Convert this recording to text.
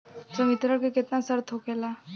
संवितरण के केतना शर्त होखेला?